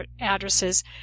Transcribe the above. addresses